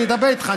אני מדבר איתך.